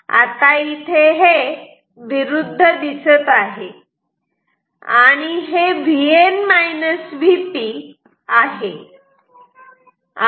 आता इथे हे विरुद्ध दिसत आहे आणि हे Vn Vp आहे